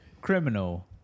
Criminal